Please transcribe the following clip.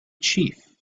chief